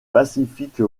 pacifique